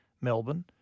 Melbourne